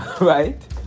Right